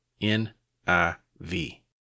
N-I-V